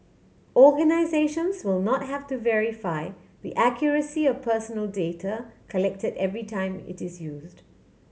organisations will not have to verify the accuracy or personal data collected every time it is used